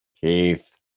Keith